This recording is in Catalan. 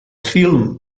film